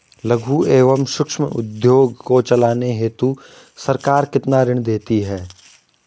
लघु एवं सूक्ष्म उद्योग को चलाने हेतु सरकार कितना ऋण देती है?